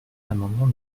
l’amendement